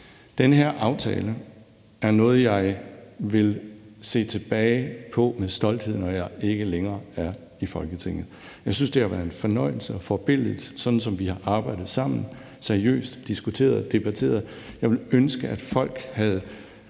Den her aftale er noget, jeg vil se tilbage på med stolthed, når jeg ikke længere er i Folketinget. Jeg synes, det har været en fornøjelse og forbilledligt, sådan som vi har arbejdet sammen, seriøst diskuteret og debatteret. Jeg ville ønske, at folk havde